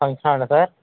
function హాలా sir